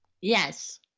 Yes